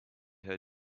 her